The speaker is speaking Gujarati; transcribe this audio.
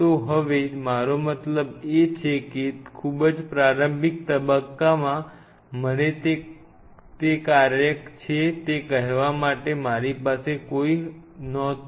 તો હવે મારો મતલબ છે કે ખૂબ જ પ્રારંભિક તબક્કામાં મને તે કાર્ય છે તે કહેવા માટે મારી પાસે કોઈ નહોતું